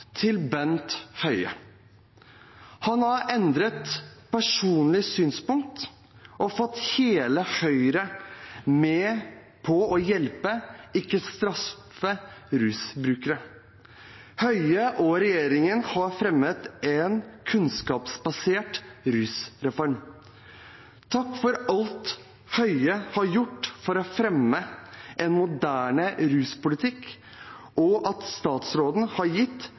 til Bent Høie. Han har endret personlig synspunkt og fått hele Høyre med på å hjelpe, ikke straffe, rusbrukere. Høie og regjeringen har fremmet en kunnskapsbasert rusreform. Takk for alt Høie har gjort for å fremme en moderne ruspolitikk, og for at statsråden har gitt